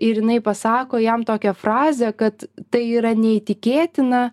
ir jinai pasako jam tokią frazę kad tai yra neįtikėtina